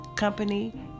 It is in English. company